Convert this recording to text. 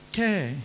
Okay